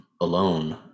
alone